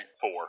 Four